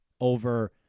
over